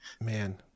man